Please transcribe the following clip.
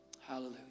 Hallelujah